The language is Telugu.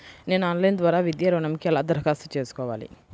నేను ఆన్లైన్ ద్వారా విద్యా ఋణంకి ఎలా దరఖాస్తు చేసుకోవాలి?